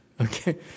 Okay